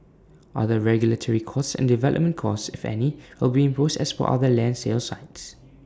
other regulatory costs and development costs if any will be imposed as per other land sales sites